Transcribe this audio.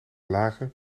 lage